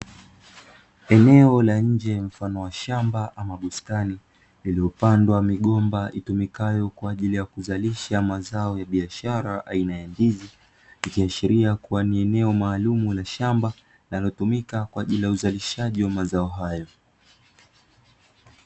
Eneo la nje mfano wa shamba ama bustani, lililopandea migomba ikitumikayo kwa ajili ya kuzalisha mazao ya biashara aina ya ndizi, ikiashiria kuwa ni eneo maalumu la shamba, linalotumika kwa ajili ya uzalishaji wa mazao hayo.